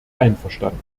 einverstanden